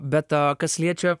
bet kas liečia